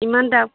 ইমান দাম